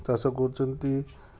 ଚାଷ କରୁଛନ୍ତି